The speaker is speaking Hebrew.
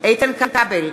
איתן כבל,